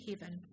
heaven